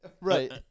Right